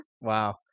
Wow